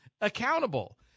accountable